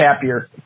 happier